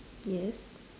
yes